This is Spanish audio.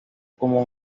como